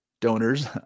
donors